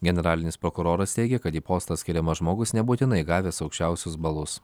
generalinis prokuroras teigia kad į postą skiriamas žmogus nebūtinai gavęs aukščiausius balus